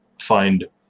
find